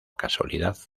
casualidad